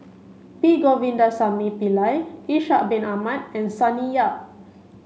P Govindasamy Pillai Ishak bin Ahmad and Sonny Yap